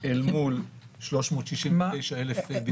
אל מול 369,000 ביקורי בית.